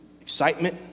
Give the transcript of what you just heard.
Excitement